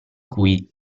cui